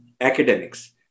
academics